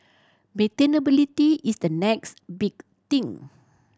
maintainability is the next big thing